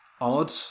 odd